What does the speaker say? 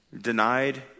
denied